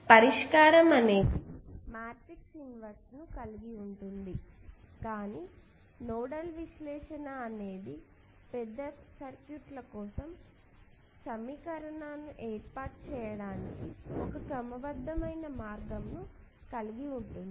పరిష్కారం అనేది matrix inverse ను కలిగి ఉంటుంది కానీ ఈ నోడల్ విశ్లేషణ అనేది పెద్ద సర్క్యూట్ల కోసం సమీకరణం ను ఏర్పాటు చేయడానికి ఒక క్రమబద్ధమైన మార్గము ను కలిగి ఉంటుంది